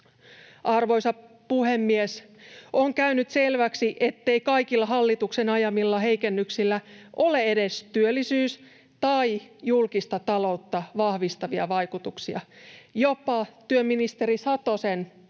Arvoisa puhemies! On käynyt selväksi, ettei kaikilla hallituksen ajamilla heikennyksillä ole edes työllisyys- tai julkista taloutta vahvistavia vaikutuksia. Jopa työministeri Satosen, joka